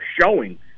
showing